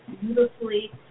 beautifully